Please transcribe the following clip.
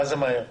מה זה מהר?